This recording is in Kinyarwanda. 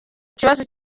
ikibazo